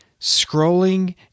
scrolling